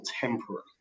temporary